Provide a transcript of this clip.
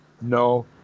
no